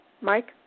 Mike